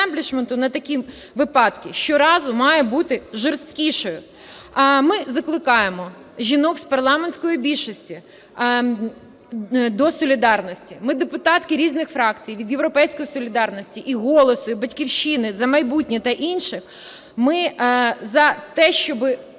на такі випадки щоразу має бути жорсткішою. Ми закликаємо жінок з парламентської більшості до солідарності. Ми, депутатки різних фракцій, від "Європейської солідарності" і "Голосу", і "Батьківщини", "За майбутнє" та інших, ми за те, щоб